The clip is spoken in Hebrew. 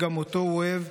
שגם אותו הוא אוהב,